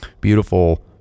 beautiful